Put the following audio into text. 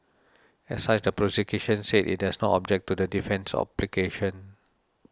as such the prosecution said it does not object to the defence's application